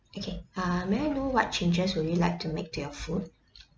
okay err may I know what changes would you like to make to your food